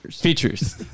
features